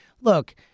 look